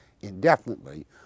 indefinitely